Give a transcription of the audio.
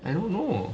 I don't know